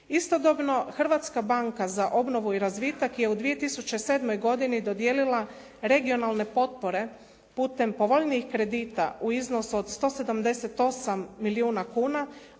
Istodobno, Hrvatska banka za obnovu i razvitak je u 2007. godini dodijelila regionalne potpore putem povoljnijih kredita u iznosu od 178 milijuna kuna